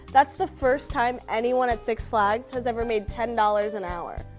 that's the first time anyone at six flags has ever made ten dollars an hour.